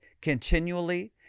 continually